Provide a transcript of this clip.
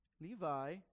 Levi